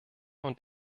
und